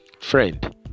Friend